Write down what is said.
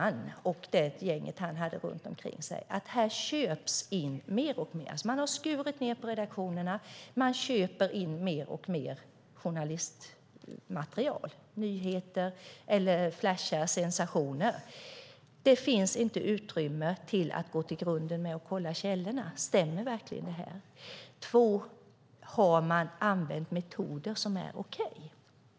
Han och det gäng som han hade omkring sig upptäckte att det köptes in mer och mer journalistiskt material, mycket nyheter och sensationer, eftersom man hade skurit ned på redaktionerna. Det fanns inte utrymme att gå till grunden och kolla källorna för att se att allt stämde och att man hade använt metoder som var okej.